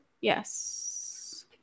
Yes